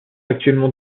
actuellement